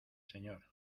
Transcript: señor